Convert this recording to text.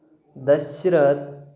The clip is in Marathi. दशरत